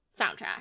soundtrack